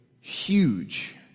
huge